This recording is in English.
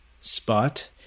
spot